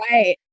Right